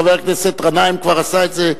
חבר הכנסת גנאים כבר עשה את זה,